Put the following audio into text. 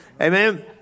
Amen